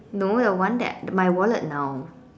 no the one that my wallet now